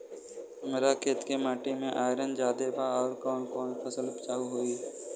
हमरा खेत के माटी मे आयरन जादे बा आउर कौन फसल उपजाऊ होइ?